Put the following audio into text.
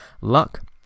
Luck